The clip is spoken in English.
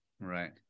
Right